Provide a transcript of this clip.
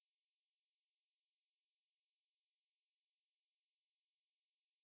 err it's err he was um you know denzel wash~ washington